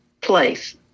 place